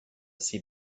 see